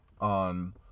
on